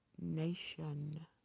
nation